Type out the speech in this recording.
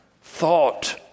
thought